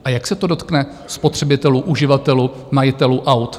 A jak se to dotkne spotřebitelů, uživatelů, majitelů aut?